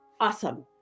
awesome